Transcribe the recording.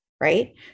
right